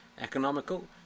economical